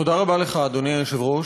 תודה רבה לך, אדוני היושב-ראש.